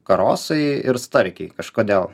karosai ir starkiai kažkodėl